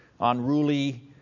Unruly